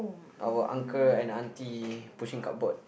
our uncle and auntie pushing cardboard